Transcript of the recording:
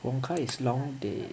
wong kah is long day